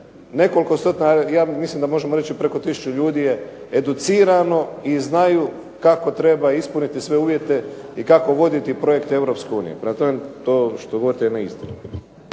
nekoliko stotina, ja mislim da možemo reći da je preko tisuću ljudi je educirano i znaju kako treba ispuniti sve uvjete i kako voditi projekte Europske unije. Prema tome, to što govorite je neistina.